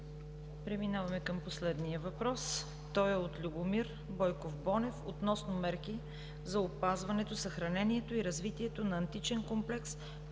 Преминаваме към последния въпрос. Той е от Любомир Бойков Бонев относно мерки за опазването, съхранението и развитието на Античен комплекс,